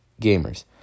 gamers